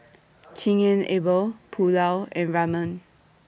Chigenabe Pulao and Ramen